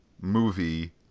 movie